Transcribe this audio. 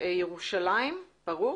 ירושלם ברוך?